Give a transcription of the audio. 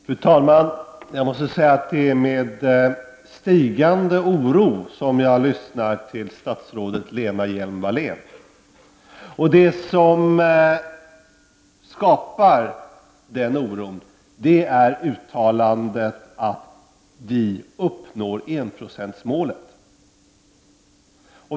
Fru talman! Jag måste säga att det är med stigande oro som jag lyssnar till statsrådet Lena Hjelm-Wallén. Det som skapar den oron är uttalandet att vi uppnår enprocentsmålet.